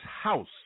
house